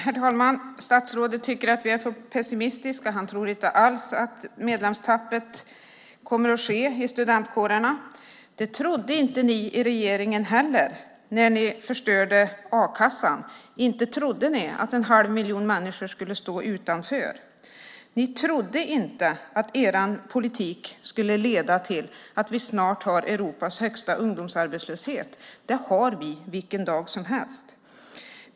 Herr talman! Statsrådet tycker att vi är för pessimistiska. Han tror inte alls att det kommer att ske ett medlemstapp i studentkårerna. Det trodde inte heller ni i regeringen när ni förstörde a-kassan. Inte trodde ni att en halv miljon människor skulle stå utanför. Ni trodde inte att er politik skulle leda till att vi snart har Europas högsta ungdomsarbetslöshet. Det har vi vilken dag som helst.